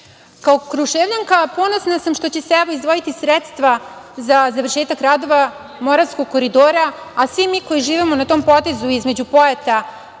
Kruševljanka ponosna sam što će se evo izdvojiti sredstva za završetak radova Moravskog koridora, a svi mi koji živimo na tom potezu između Pojata